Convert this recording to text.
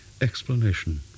explanation